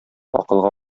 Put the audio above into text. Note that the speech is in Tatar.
акылга